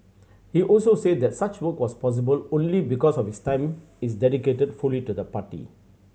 he also said that such work was possible only because of his time is dedicated fully to the party